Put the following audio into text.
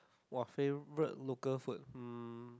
!wah! favourite local food um